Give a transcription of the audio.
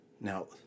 Now